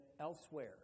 elsewhere